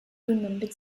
remembered